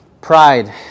Pride